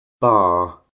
Bar